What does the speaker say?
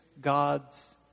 God's